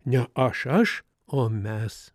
ne aš aš o mes